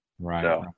Right